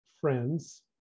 friends